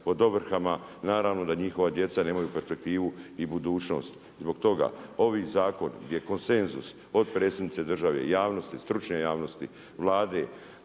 pod ovrhama, naravno da njihova djeca nemaju perspektivu i budućnost. Zbog toga ovaj zakon je konsenzus, od predsjednice države, javnosti, stručne javnosti, Vlade,